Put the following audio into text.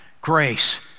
grace